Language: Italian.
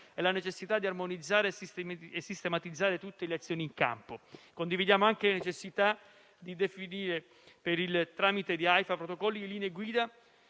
e la necessità di armonizzare e sistematizzare tutte le azioni in campo. Condividiamo anche la necessità di definire, per il tramite di AIFA, protocolli e linee guida